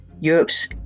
Europe's